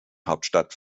hauptstadt